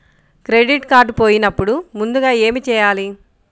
Credit card పోయినపుడు ముందుగా ఏమి చేయాలి?